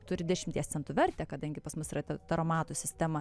turi dešimties centų vertę kadangi pas mus yra taromatų sistema